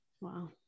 Wow